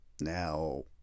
Now